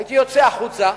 הייתי יוצא החוצה,